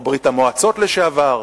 או ברית-המועצות לשעבר,